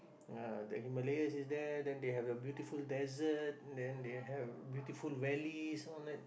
the Himalayas is there then they have the beautiful dessert then they have beautiful valleys all that